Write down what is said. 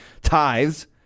tithes